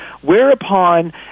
whereupon